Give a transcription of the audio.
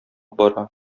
бара